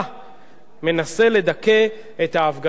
מנסה לדכא את ההפגנות והמחאות.